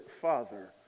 father